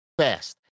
fast